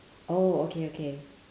oh okay okay